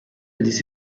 ließ